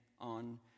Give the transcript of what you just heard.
on